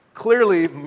Clearly